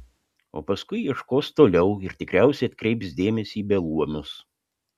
o paskui ieškos toliau ir tikriausiai atkreips dėmesį į beluomius